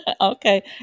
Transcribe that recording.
Okay